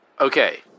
Okay